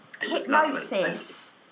hypnosis